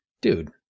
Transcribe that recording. dude